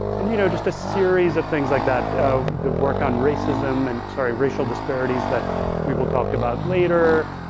and you know just a series of things like that that work on racism and, sorry, racial disparities that we will talk about later.